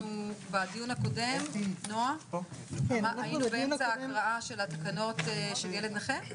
בדיון הקודם היינו באמצע הקראת התקנות של ילד נכה?